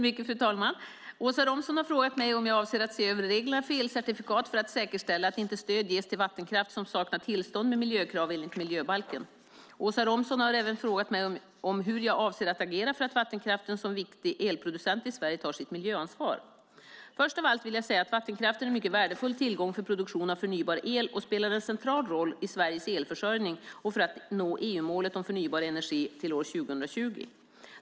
Fru talman! Åsa Romson har frågat mig om jag avser att se över reglerna för elcertifikat för att säkerställa att inte stöd ges till vattenkraft som saknar tillstånd med miljökrav enligt miljöbalken. Åsa Romson har även frågat mig om hur jag avser att agera för att vattenkraften som viktig elproducent i Sverige tar sitt miljöansvar. Först av allt vill jag säga att vattenkraft är en mycket värdefull tillgång för produktion av förnybar el och spelar en central roll i Sveriges elförsörjning och för att nå EU-målet om förnybar energi till år 2020.